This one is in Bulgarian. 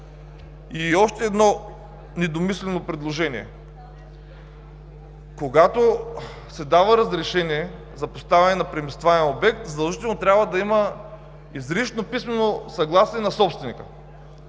Още едно недомислено предложение – когато се дава разрешение за поставяне на преместваем обект, задължително трябва да има изрично писмено съгласие на собственика.